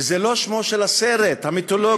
וזה לא שמו של הסרט המיתולוגי.